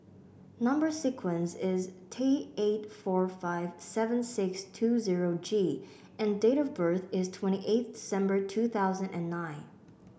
number sequence is T eight four five seven six two zero G and date of birth is twenty eighth December two thousand and nine